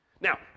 Now